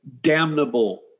damnable